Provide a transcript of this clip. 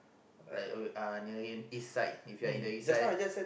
like uh nearing east side if you are in the east side